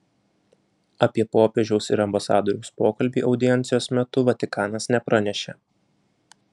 apie popiežiaus ir ambasadoriaus pokalbį audiencijos metu vatikanas nepranešė